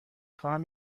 خواهم